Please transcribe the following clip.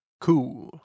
Cool